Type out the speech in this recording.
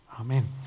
Amen